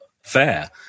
fair